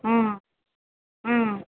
ஆ ம்